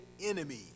enemy